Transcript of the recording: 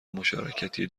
مشارکتی